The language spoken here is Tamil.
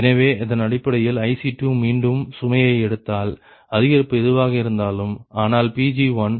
எனவே இதன் அடிப்படையில் IC2 மீண்டும் சுமையை எடுத்தால் அதிகரிப்பு எதுவாக இருந்தாலும் ஆனால் Pg1 46